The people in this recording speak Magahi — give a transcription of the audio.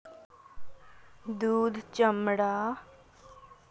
दूध चमड़ा आर गोस्तेर तने मवेशी पालन कराल जाछेक